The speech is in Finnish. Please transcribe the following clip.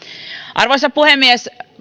arvoisa puhemies